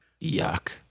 yuck